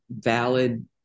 valid